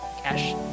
cash